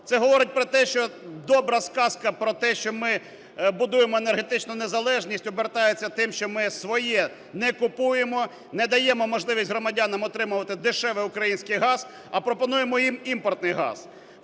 Це говорить про те, що добра сказка про те, що ми будуємо енергетичну незалежність обертається тим, що ми своє не купуємо, не даємо можливість громадянам отримувати дешевий український газ, а пропонуємо їм імпортний газ.